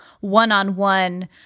one-on-one